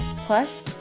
plus